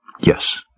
Yes